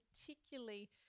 particularly